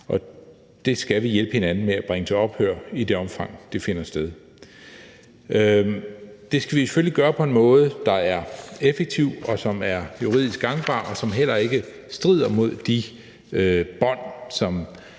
og det skal vi hjælpe hinanden med at bringe til ophør i det omfang, det finder sted. Det skal vi selvfølgelig gøre på en måde, der er effektiv, og som er juridisk gangbar, og som heller ikke strider mod de bånd, som